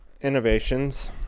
innovations